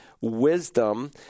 wisdom